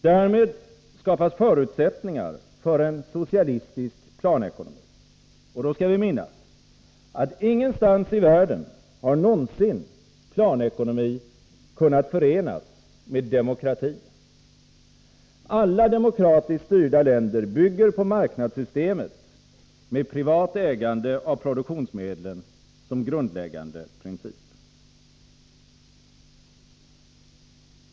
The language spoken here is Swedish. Därmed skapas förutsättningar för en socialistisk planekonomi. Då skall vi minnas, att ingenstans i världen har någonsin planekonomi kunnt förenas med demokrati. Alla demokratiskt styrda länder bygger på marknadssystemet med privat ägande av produktionsmedlen som grundläggande princip.